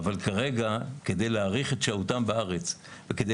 אבל כרגע כדי להאריך את שהותם בארץ וכדי